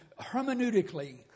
Hermeneutically